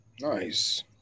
Nice